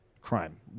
crime